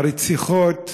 הרציחות,